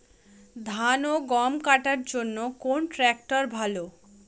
ধান ও গম কাটার জন্য কোন ট্র্যাক্টর ভালো?